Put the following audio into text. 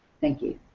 thank you.